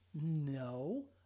No